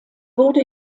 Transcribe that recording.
wurde